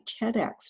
TEDx